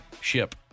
ship